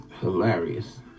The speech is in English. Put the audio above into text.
hilarious